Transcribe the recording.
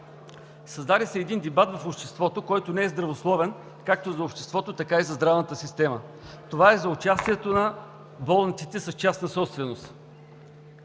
Създаде се един дебат в обществото, който не е здравословен както за обществото, така и за здравната система. Това е за участие на болниците с частна собственост.